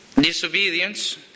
disobedience